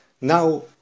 Now